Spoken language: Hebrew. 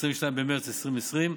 22 במרץ 2020,